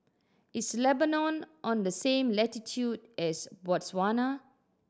is Lebanon on the same latitude as Botswana